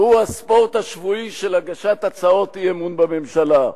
והוא הספורט השבועי של הגשת הצעות אי-אמון בממשלה.